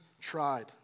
tried